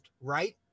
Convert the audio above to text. right